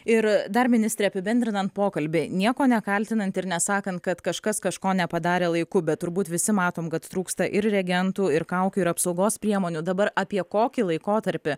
ir dar ministre apibendrinant pokalbį nieko nekaltinant ir nesakant kad kažkas kažko nepadarė laiku bet turbūt visi matom kad trūksta ir reagentų ir kaukių ir apsaugos priemonių dabar apie kokį laikotarpį